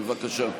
בבקשה.